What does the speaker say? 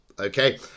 okay